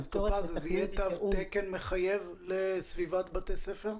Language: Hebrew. יהיה תו תקן מחייב לסביבת בתי ספר?